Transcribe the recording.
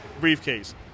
briefcase